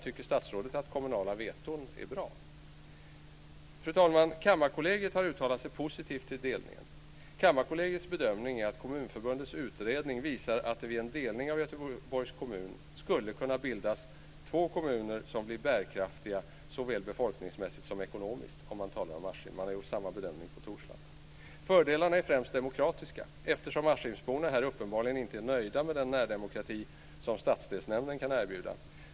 Tycker statsrådet att kommunala veton är bra? Fru talman! Kammarkollegiet har uttalat sig positivt till en delning: "Kammarkollegiets bedömning är att Kommunförbundets utredning visar att det vid en delning av Göteborgs kommun skulle kunna bildas två kommuner som blir bärkraftiga såväl befolkningsmässigt som ekonomiskt" - i fråga om Askim, och samma bedömning har gjorts i fråga om Torslanda. Vidare heter det: Fördelarna är främst demokratiska, eftersom askimborna uppenbarligen inte är nöjda med den närdemokrati som stadsdelsnämnden kan erbjuda.